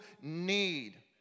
need